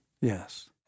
Yes